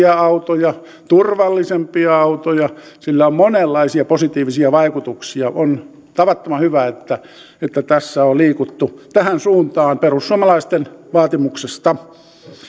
ympäristöystävällisiä autoja turvallisempia autoja sillä on monenlaisia positiivisia vaikutuksia on tavattoman hyvä että että tässä on liikuttu tähän suuntaan perussuomalaisten vaatimuksesta